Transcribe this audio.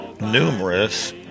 numerous